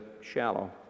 shallow